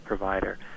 provider